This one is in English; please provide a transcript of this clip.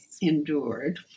endured